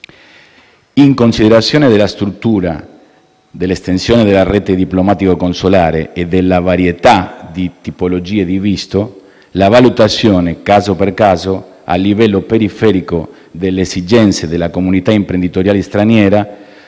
In considerazione della struttura, dell'estensione della rete diplomatico-consolare e della varietà di tipologie di visto, la valutazione caso per caso a livello periferico delle esigenze della comunità imprenditoriale straniera